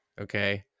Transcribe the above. Okay